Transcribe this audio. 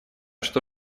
что